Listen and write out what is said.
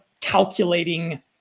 calculating